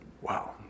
wow